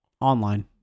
Online